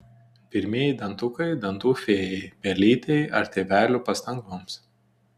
pirmieji dantukai dantų fėjai pelytei ar tėvelių pastangoms